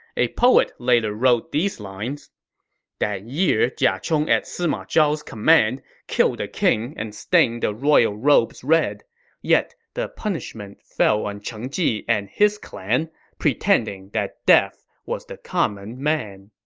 a poet later wrote these lines that year jia chong at sima zhao's command killed the king and stained the royal robes red yet the punishment fell on cheng ji and his clan pretending that deaf was the common man